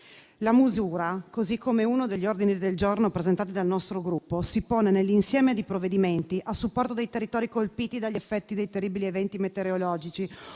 La misura, così come uno degli ordini del giorno presentati dal nostro Gruppo, si pone nell’insieme di provvedimenti a supporto dei territori colpiti dagli effetti dei terribili eventi meteorologici